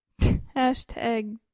Hashtag